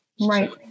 Right